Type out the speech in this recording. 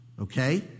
Okay